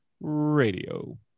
Radio